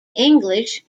english